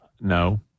No